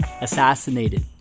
assassinated